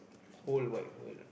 whole wide world